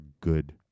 good